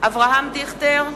אברהם דיכטר,